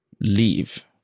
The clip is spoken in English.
leave